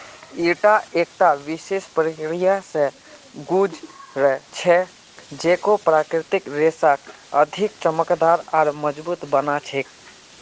ईटा एकता विशेष प्रक्रिया स गुज र छेक जेको प्राकृतिक रेशाक अधिक चमकदार आर मजबूत बना छेक